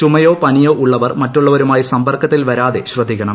ചുമയോ പനിയോ ഉള്ളവർ മറ്റുള്ളവരുമായി സമ്പർക്കത്തിൽ വരാതെ ശ്രദ്ധിക്കണം